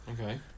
Okay